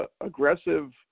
aggressive